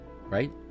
right